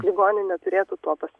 ligoninė turėtų tuo pas